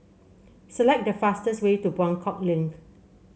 select the fastest way to Buangkok Link